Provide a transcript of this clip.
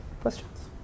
Questions